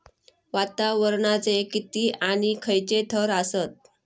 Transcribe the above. वातावरणाचे किती आणि खैयचे थर आसत?